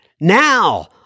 Now